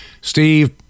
Steve